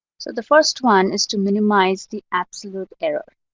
so the first one is to minimize the absolute error.